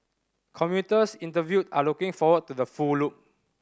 commuters interviewed are looking forward to the full loop